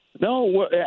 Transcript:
No